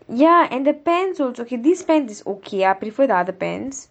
ya and the pants also K this pants is okay I prefer the other pants